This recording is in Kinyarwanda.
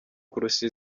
kurusha